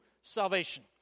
salvation